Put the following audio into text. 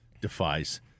defies